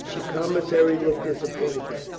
the commissary looked disappointed.